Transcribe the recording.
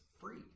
free